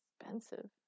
Expensive